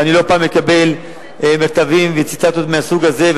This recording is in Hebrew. ואני לא פעם מקבל מכתבים וציטטות מהסוג הזה.